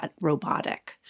robotic